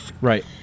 Right